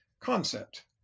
concept